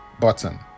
button